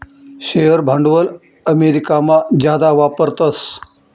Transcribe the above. share भांडवल अमेरिकामा जादा वापरतस